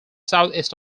southeast